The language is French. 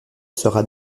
sera